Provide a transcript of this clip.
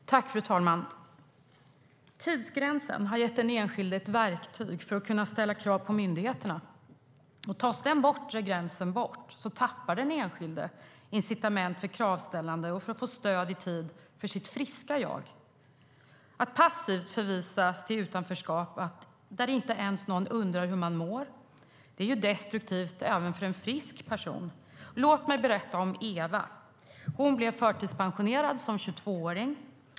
STYLEREF Kantrubrik \* MERGEFORMAT Svar på interpellationerAtt passivt förvisas till utanförskap, där inte ens någon undrar hur man mår, är destruktivt även för en frisk person. Låt mig berätta om Eva. Hon blev förtidspensionerad som 22-åring.